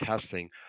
testing